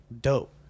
dope